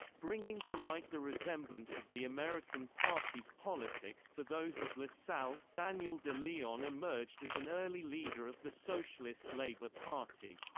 bringing to light the resemblance of the american party's politics to those of lassalle, daniel de leon emerged as an early leader of the socialist labor party.